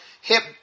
hip